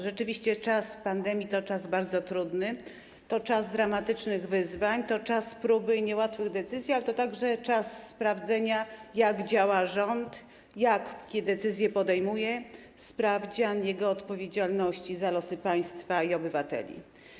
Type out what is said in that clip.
Rzeczywiście czas pandemii to czas bardzo trudny, to czas dramatycznych wyzwań, to czas próby i niełatwych decyzji, ale to także czas sprawdzenia, jak działa rząd, jakie decyzje podejmuje, sprawdzian jego odpowiedzialności za losy państwa i obywateli.